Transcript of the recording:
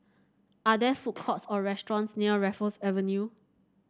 are there food courts or restaurants near Raffles Avenue